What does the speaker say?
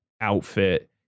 outfit